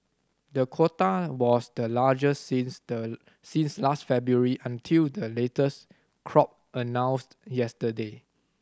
the quota was the largest since the since last February until the latest crop announced yesterday